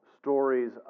stories